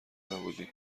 نبودی